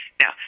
Now